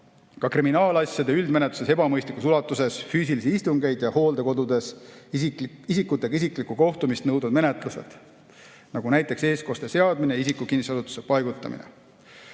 ka kriminaalasjade üldmenetluses ebamõistlikus ulatuses füüsilisi istungeid ning hooldekodudes isikutega isiklikku kohtumist nõudvad menetlused, nagu näiteks eestkoste seadmine ja isiku kinnisesse asutusse paigutamine. Sõda